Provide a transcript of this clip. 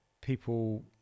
people